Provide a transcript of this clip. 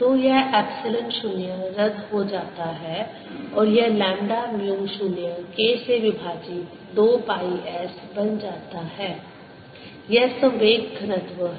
तो यह एप्सिलॉन 0 रद्द हो जाता है और यह लैम्ब्डा म्यू 0 K से विभाजित 2 पाई S बन जाता है यह संवेग घनत्व है